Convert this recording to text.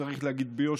וצריך להגיד ביושר,